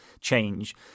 change